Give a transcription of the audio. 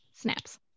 snaps